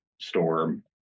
storm